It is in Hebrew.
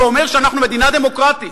זה אומר שאנחנו מדינה דמוקרטית,